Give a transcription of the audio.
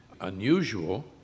unusual